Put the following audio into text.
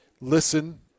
listen